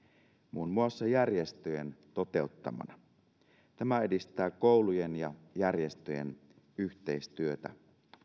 muun muassa järjestöjen toteuttamana tämä edistää koulujen ja järjestöjen yhteistyötä